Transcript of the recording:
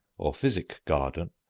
or physic garden,